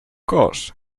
course